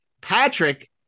Patrick